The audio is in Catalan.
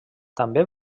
també